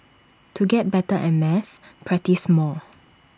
to get better at maths practise more